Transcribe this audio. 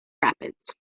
rapids